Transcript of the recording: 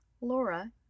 Laura